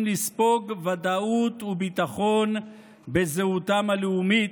לספוג ודאות וביטחון בזהותם הלאומית,